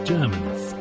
Germans